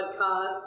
podcast